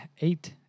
eight